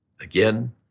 Again